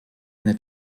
meine